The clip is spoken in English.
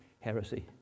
heresy